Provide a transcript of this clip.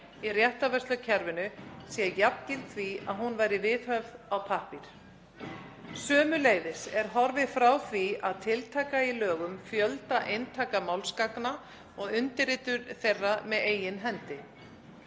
í réttarvörslukerfinu sé jafngild því að hún væri viðhöfð á pappír. Sömuleiðis er horfið frá því að tiltaka í lögum fjölda eintaka málsgagna og undirritun þeirra með eigin hendi.